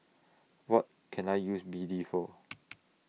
What Can I use B D For